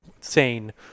sane